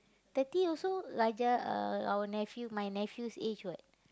thirty also like our uh our nephew my nephew's age [what]